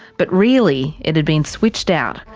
but really it had been switched out,